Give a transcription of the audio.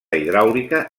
hidràulica